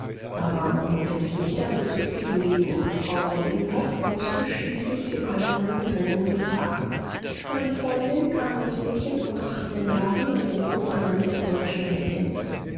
aber man wollte sich nicht damit zufriedengeben und frau von imhoff mußte schließlich dem allgemeinen drängen willfahren meine freundin kam als mädchen von achtzehn jahren an den hof einer mitteldeutschen residenz